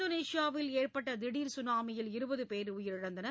இந்தோனேஷியாவில் ஏற்பட்ட திடர் சுனாமியில் இருபது பேர் உயிரிழந்தனர்